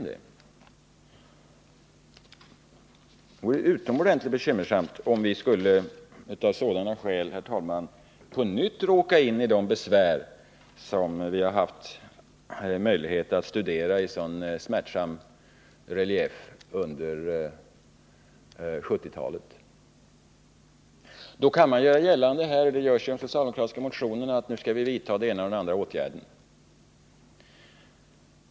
Det vore utomordentligt bekymmersamt om vi av sådana skäl, herr talman, på nytt skulle råka in i de besvärligheter som vi haft möjlighet att studera i sådan smärtsam relief under 1970-talet. Då kan man göra gällande — och det görs i den socialdemokratiska motionen — att man nu skall vidta den ena och den andra åtgärden.